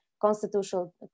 constitutional